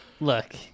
look